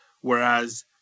whereas